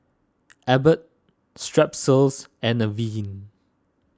Abbott Strepsils and Avene